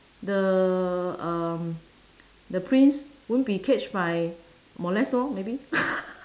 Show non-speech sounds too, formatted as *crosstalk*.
the uh the prince won't be catch by molest lor maybe *laughs*